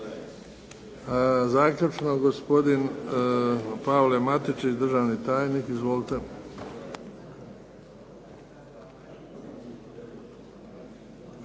Zaključno gosopdin Pavle Matičić, državni tajnik. Izvolite.